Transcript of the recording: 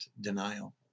denial